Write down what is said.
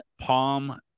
Palm